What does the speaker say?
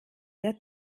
der